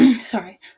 sorry